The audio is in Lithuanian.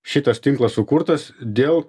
šitas tinklas sukurtas dėl